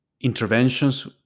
interventions